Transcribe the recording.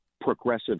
progressive